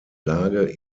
lage